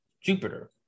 Jupiter